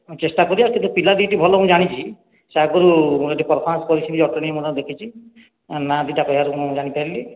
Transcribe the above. ଚେଷ୍ଟା କରିବା କିନ୍ତୁ ପିଲା ଦି ଟି ଭଲ ମୁଁ ଜାଣିଛି ସେ ଆଗରୁ ଏଠି ପରଫୋରମନ୍ସ କରିଛନ୍ତି ଜଟଣୀ ମୁଁ ଦେଖିଛି ନାଁ ଦି ଟା କହିବାରୁ ମୁଁ ଜାଣିପାରିଲି